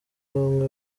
bamwe